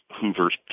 Hoover's